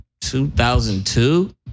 2002